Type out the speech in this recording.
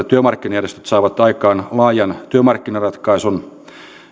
työmarkkinajärjestöt saavat aikaan laajan työmarkkinaratkaisun